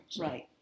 Right